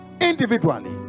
Individually